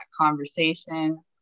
conversation